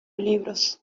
libros